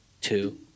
two